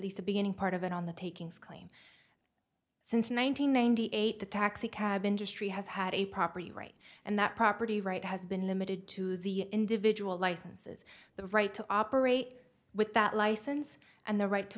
least the beginning part of it on the takings claim since one thousand ninety eight the taxicab industry has had a property right and that property right has been limited to the individual licenses the right to operate with that license and the right to